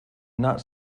not